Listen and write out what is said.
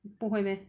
不会咩